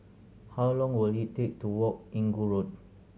how long will it take to walk Inggu Road